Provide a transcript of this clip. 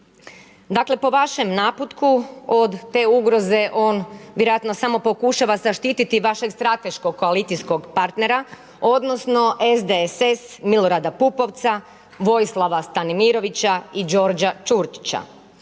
Dakle po vašem naputku od te ugroze on vjerojatno samo pokušava zaštitit vašeg strateškog koalicijskog partnera, odnosno SDSS, Milorada Pupovca, Vojislava Stanimirovića i Đorđa Čurčića.